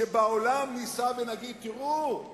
שבעולם ניסע ונגיד: תראו,